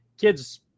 kids